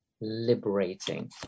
liberating